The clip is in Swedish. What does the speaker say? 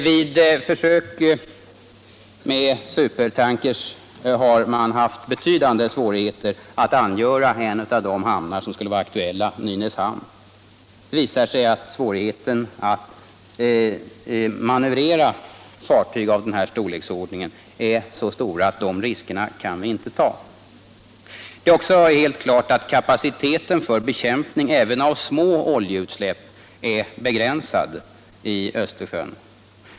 Vid försök med supertanker har man haft betydande svårigheter att angöra en av de hamnar som skulle vara aktuella, Nynäshamn. Det visar sig att svårigheten att manövrera fartyg av den här storleksordningen är Så stora att de riskerna kan vi inte ta. Det är också helt klart att kapaciteten för bekämpning även av små oljeutsläpp är begränsad i Östersjön.